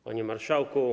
Panie Marszałku!